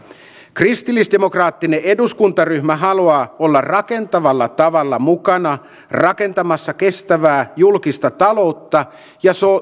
kristillisdemokraattinen eduskuntaryhmä haluaa olla rakentavalla tavalla mukana rakentamassa kestävää julkista taloutta ja